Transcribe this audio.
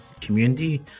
community